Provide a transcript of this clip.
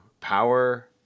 power